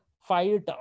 fight